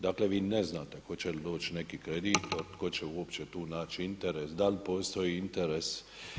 Dakle vi ne znate hoće li doći neki kredit, tko će uopće tu naći interes, da li postoji interes.